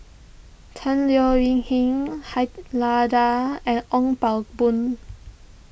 Tan Leo Wee Hin Han Lao Da and Ong Pang Boon